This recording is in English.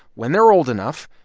when they're old enough,